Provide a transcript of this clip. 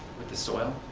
with the soil.